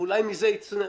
ואולי מזה יצמח משהו חדש.